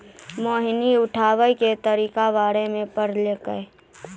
मोहिनी उठाबै के तरीका बारे मे पढ़लकै